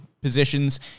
positions